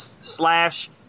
slash